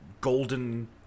golden